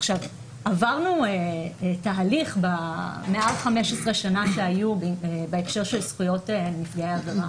עברנו תהליך מאז 15 השנים שעברו בהקשר של זכויות נפגעי עבירה,